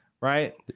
right